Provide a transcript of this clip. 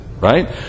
right